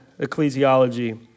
ecclesiology